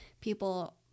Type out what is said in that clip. people